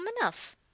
enough